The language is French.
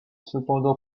cependant